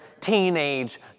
teenage